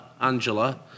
Angela